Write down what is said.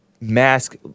mask